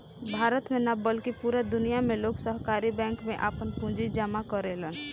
भारत में ना बल्कि पूरा दुनिया में लोग सहकारी बैंक में आपन पूंजी जामा करेलन